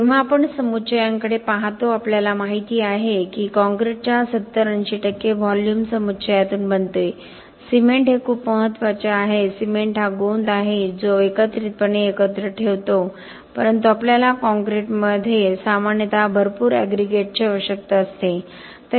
जेव्हा आपण समुच्चयांकडे पाहतो आपल्याला माहिती आहे की कॉंक्रिटच्या 70 80 टक्के व्हॉल्यूम समुच्चयातून बनते सिमेंट हे खूप महत्वाचे आहे सिमेंट हा गोंद आहे जो एकत्रितपणे एकत्र ठेवतो परंतु आपल्याला कॉंक्रिटमध्ये सामान्यत भरपूर ऍग्रीगेट्सची आवश्यकता असते